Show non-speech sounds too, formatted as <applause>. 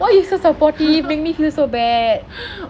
hon~ <laughs>